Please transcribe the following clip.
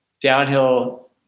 downhill